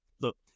Look